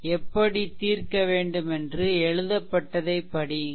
எப்படி தீர்க்க வேண்டுமென்று எழுதப்பட்டதை படியுங்கள்